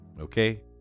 Okay